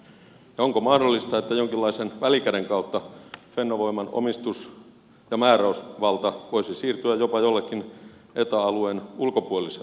ja onko mahdollista että jonkinlaisen välikäden kautta fennovoiman omistus ja määräysvalta voisivat siirtyä jopa jollekin eta alueen ulkopuoliselle taholle